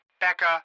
Becca